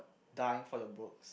dying for your books